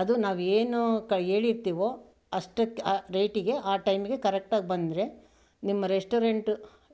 ಅದು ನಾವು ಏನು ಹೇಳಿರ್ತೇವೋ ಅಷ್ಟಕ್ಕೇ ಆ ರೇಟಿಗೆ ಆ ಟೈಮಿಗೆ ಕರೆಕ್ಟಾಗಿ ಬಂದರೆ ನಿಮ್ಮ ರೆಸ್ಟೋರೆಂಟ್